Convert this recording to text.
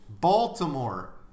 Baltimore